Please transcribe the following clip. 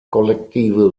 kollektive